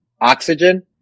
oxygen